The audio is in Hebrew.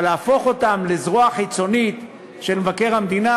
אבל להפוך אותם לזרוע חיצונית של מבקר המדינה,